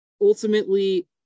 Ultimately